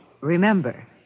Remember